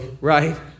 right